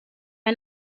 ein